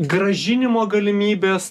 grąžinimo galimybės